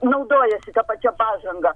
naudojasi ta pačia pažanga